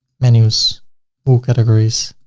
menus woocategories